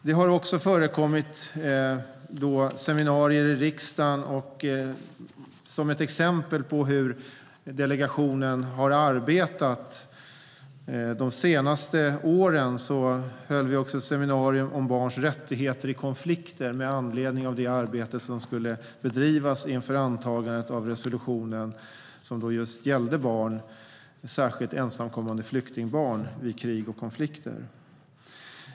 Det har också förekommit seminarier i riksdagen. Som ett exempel på hur delegationen har arbetat de senaste åren höll vi också ett seminarium om barns rättigheter i konflikter, med anledning av det arbete som skulle bedrivas inför antagandet av resolutionen som gällde barn, särskilt ensamkommande flyktingbarn vid krig och konflikter.